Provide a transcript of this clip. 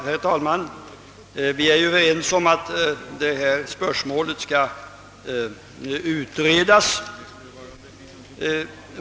Herr talman! Vi är ju överens om att det här spörsmålet skall utredas.